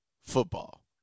football